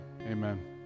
Amen